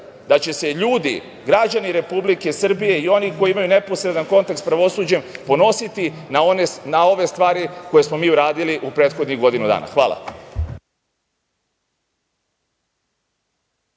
da će se ljudi, građani Republike Srbije i oni koji imaju neposredan kontakt sa pravosuđem ponositi na ove stvari koje smo mi uradili u prethodnih godinu dana. Hvala.